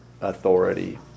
authority